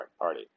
Party